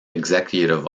executive